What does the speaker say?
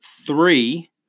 three